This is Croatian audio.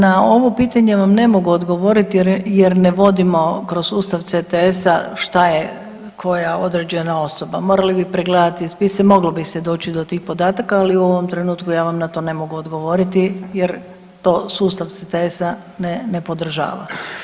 Na ovo pitanje vam ne mogu odgovoriti jer ne vodimo kroz sustav CTS-a šta je koja određena osoba, morali bi pregledati spise, moglo bi se doći do tih podataka ali u ovom trenutku ja vam na to ne mogu odgovoriti jer to sustav CTS-a ne podržava.